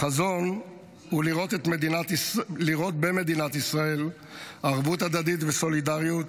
החזון הוא לראות במדינת ישראל ערבות הדדית וסולידריות